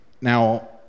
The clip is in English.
Now